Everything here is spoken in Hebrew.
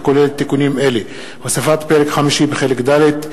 הכולל תיקונים אלה: הוספת פרק חמישי בחלק ד':